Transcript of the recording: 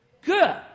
Good